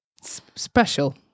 Special